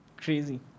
Crazy